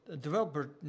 developer